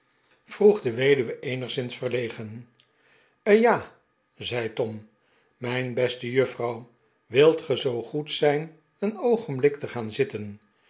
vroeg de weduwe eenigszins verlegen eh ja zei tom miin beste juffrouw wilt ge zoo goed zijn een oogenblik te gaan zitten